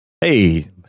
Hey